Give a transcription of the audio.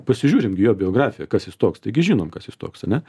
pasižiūrim į jo biografiją kas jis toks taigi žinom kas jis toks ane